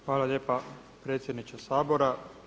Hvala lijepa predsjedniče Sabora.